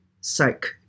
psych